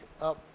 up